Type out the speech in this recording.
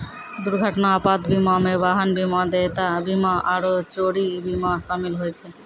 दुर्घटना आपात बीमा मे वाहन बीमा, देयता बीमा आरु चोरी बीमा शामिल होय छै